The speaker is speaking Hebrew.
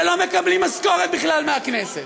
שלא מקבלים משכורת בכלל מהכנסת.